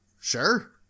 Sure